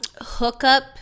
hookup